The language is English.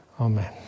Amen